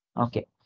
okay